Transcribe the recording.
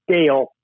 scale